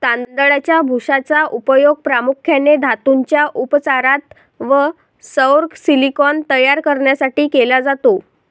तांदळाच्या भुशाचा उपयोग प्रामुख्याने धातूंच्या उपचारात व सौर सिलिकॉन तयार करण्यासाठी केला जातो